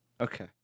Okay